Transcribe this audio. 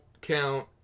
count